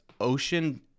ocean